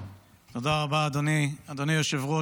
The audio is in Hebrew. תודה רבה, אדוני היושב-ראש.